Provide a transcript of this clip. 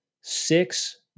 six